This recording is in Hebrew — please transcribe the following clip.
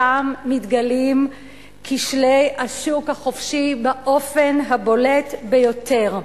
שם מתגלים כשלי השוק החופשי באופן הבולט ביותר.